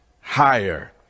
higher